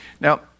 Now